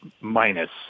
minus